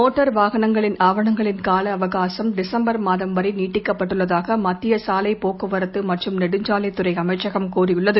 motor வாகனங்களின் ஆவணங்களின் கால அவகாசம் டிசம்பர் மாதம் வரை நீட்டிக்கப்பட்டுள்ளதாக மத்திய சாலை போக்குவரத்து மற்றும் நெடுஞ்சாலைத் துறை அமைச்சகம் கூறியுள்ளது